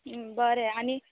बरें आनी